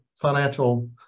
financial